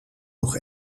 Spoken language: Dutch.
nog